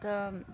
تہٕ